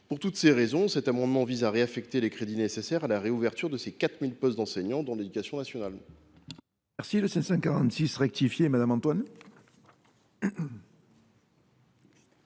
Pour toutes ces raisons, cet amendement vise à affecter les crédits nécessaires au maintien de 4 000 postes d’enseignants dans l’éducation nationale.